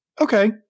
Okay